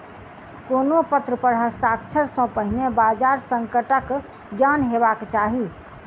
कोनो पत्र पर हस्ताक्षर सॅ पहिने बजार संकटक ज्ञान हेबाक चाही